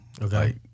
Okay